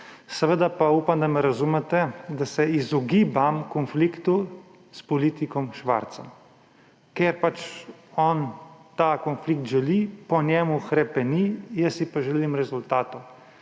Seveda pa upam, da me razumete, da se izogibam konfliktu s politikom Švarcem, ker pač on ta konflikt želi, po njem hrepeni, jaz si pa želim rezultatov.